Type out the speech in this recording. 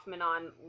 on